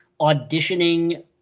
auditioning